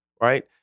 right